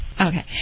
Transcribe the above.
Okay